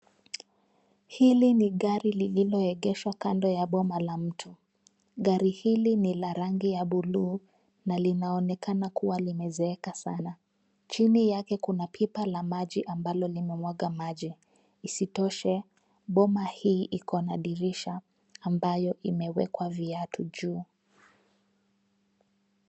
Hili ni gari lililoegeshwa kando ya boma la mtu. Gari hili ni la rangi ya buluu na linaonekana kuwa limezeeka sana. Chini yake kuna pipa la maji ambalo linamwaga maji. Isitoshe, boma hii iko na dirisha ambayo imewekwa viatu juu.